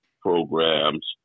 programs